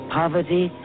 poverty